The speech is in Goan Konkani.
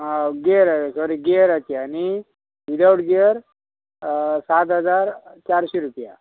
आं गियर सॉरी गियराचे आनी विदावट गियर सात हजार चारशीं रुपया